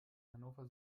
hannover